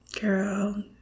Girl